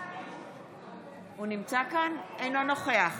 אינו נוכח